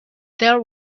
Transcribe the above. there